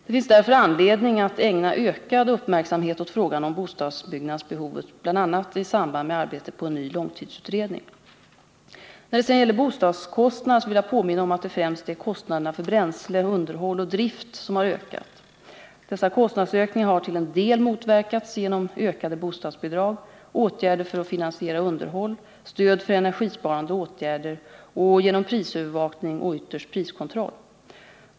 Det finns därför anledning att ägna ökad uppmärksamhet åt frågan om bostadsbyggnadsbehovet, bl.a. i samband med arbetet på en ny långtidsutredning. När det sedan gäller bostadskostnaderna vill jag påminna om att det främst är kostnaderna för bränsle, underhåll och drift som har ökat. Dessa kostnadsökningar har till en del motverkats genom ökade bostadsbidrag, åtgärder för att finansiera underhåll, stöd för energisparande åtgärder och genom prisövervakning och ytterst priskontroll.